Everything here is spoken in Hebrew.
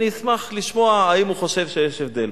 אני אשמח לשמוע אם הוא חושב שיש הבדל.